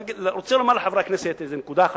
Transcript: אני רוצה לומר לחברי הכנסת איזו נקודה אחת,